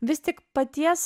vis tik paties